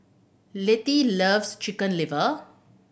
Letty loves Chicken Liver